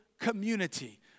community